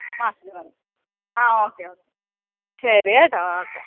മാസത്തിൽ വേണം ആ ഓക്കെ ഓക്കെ ശരി കേട്ടോ ഓക്കെ